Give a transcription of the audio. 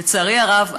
לצערי הרב,